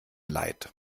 leid